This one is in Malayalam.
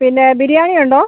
പിന്നെ ബിരിയാണി ഉണ്ടോ